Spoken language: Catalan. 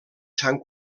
sant